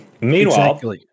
Meanwhile